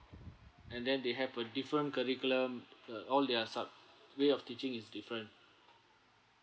and then they have a different curriculum uh all their sub~ way of teaching is different